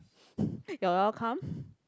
you're welcome